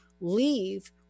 leave